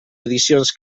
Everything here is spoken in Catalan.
edicions